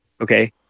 Okay